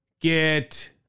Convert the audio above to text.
get